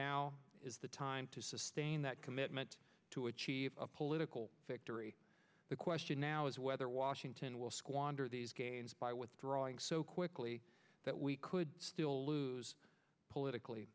now is the time to sustain that commitment to achieve a political victory the question now is whether washington will squander these gains by withdrawing so quickly that we could still lose politically